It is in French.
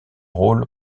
rôle